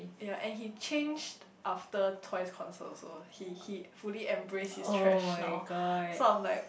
and he changed after Twice concert also he he fully embrace his thrash now so I'm like